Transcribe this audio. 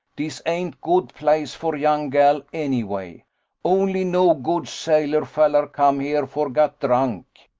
dis ain't good place for young gel, anyway. only no good sailor fallar come here for gat drunk.